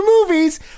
movies